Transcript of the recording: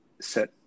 set